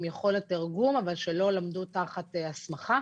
יכולת תרגום אבל שלא למדו תחת הסמכה?